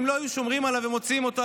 אם לא היו שומרים עליו ומוציאים אותו,